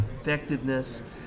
effectiveness